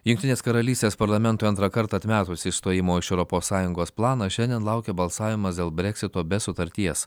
jungtinės karalystės parlamentui antrą kartą atmetus išstojimo iš europos sąjungos planą šiandien laukia balsavimas dėl breksito be sutarties